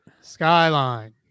Skyline